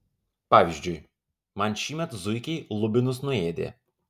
pavyzdžiui man šįmet zuikiai lubinus nuėdė